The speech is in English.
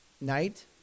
night